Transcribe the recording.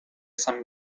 san